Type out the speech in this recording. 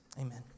Amen